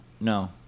No